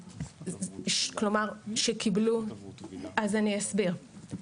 כלומר, שקיבלו, אז אני אסביר.